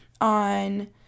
on –